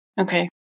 Okay